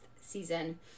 season